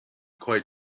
quite